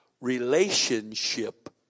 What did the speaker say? relationship